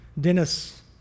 Dennis